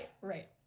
right